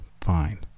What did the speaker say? Fine